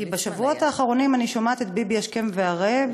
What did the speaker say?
כי בשבועות האחרונים אני שומעת את ביבי השכם והערב,